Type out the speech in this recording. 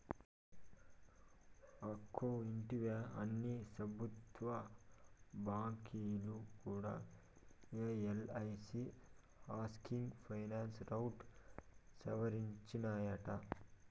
అక్కో ఇంటివా, అన్ని పెబుత్వ బాంకీలు కూడా ఎల్ఐసీ హౌసింగ్ ఫైనాన్స్ రౌట్ సవరించినాయట